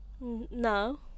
No